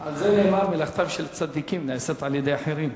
על זה נאמר: מלאכתם של צדיקים נעשית בידי אחרים.